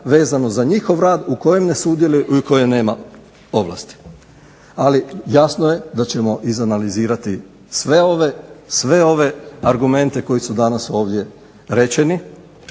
vezano za njihov rad u kojem ne sudjeluje i u kojem nema ovlasti. Ali jasno je da ćemo izanalizirati sve ove argumente koji su danas ovdje rečeni,